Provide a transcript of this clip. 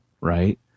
right